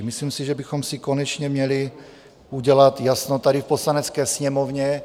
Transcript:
Myslím si, že bychom si konečně měli udělat jasno tady v Poslanecké sněmovně.